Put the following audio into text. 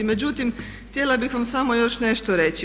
Međutim, htjela bih vam samo još nešto reći.